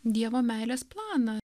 dievo meilės planą